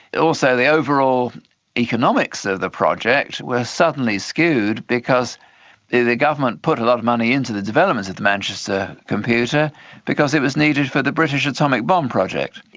also the overall economics of the project were suddenly skewed because the the government put a lot of money into the development of the manchester computer because it was needed for the british atomic bomb project.